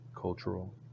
cultural